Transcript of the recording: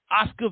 Oscar